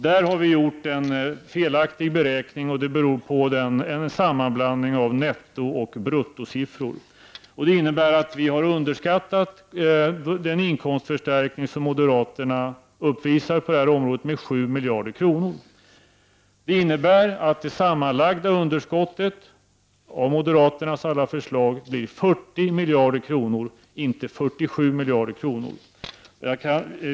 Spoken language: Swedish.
Där har vi gjort en felaktig beräkning. Det beror på en sammanblandning av nettooch bruttosiffran. Det innebär att vi underskattade den inkomstförstärkning som moderaterna uppvisar med 7 miljarder. Det innebär att det sammanlagda underskottet i moderaternas förslag blir 40 miljarder, inte 47 miljarder.